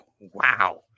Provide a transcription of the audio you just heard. wow